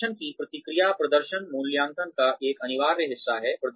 प्रदर्शन पर प्रतिक्रिया प्रदर्शन मूल्यांकन का एक अनिवार्य हिस्सा है